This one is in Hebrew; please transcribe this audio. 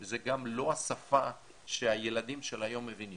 זה גם לא השפה שהילדים של היום מבינים.